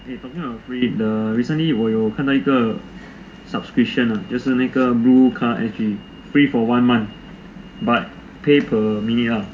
eh talking about free recently 我有看到一个 subscription ah 就是那个 blue car S_G free for one month but pay per minute ah